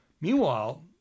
Meanwhile